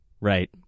right